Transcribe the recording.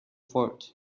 fort